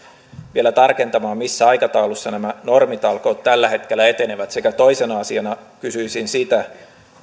vielä tarkentamaan missä aikataulussa nämä normitalkoot tällä hetkellä etenevät sekä toisena asiana kysyisin sitä